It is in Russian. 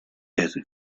эту